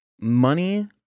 money